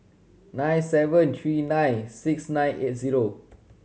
nine seven three nine six nine eight zero